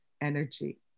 energy